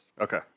Okay